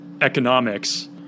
economics